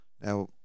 Now